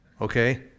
Okay